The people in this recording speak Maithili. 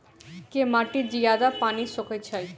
केँ माटि जियादा पानि सोखय छै?